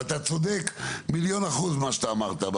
ואתה צודק במיליון אחוז במה שאתה אמרת,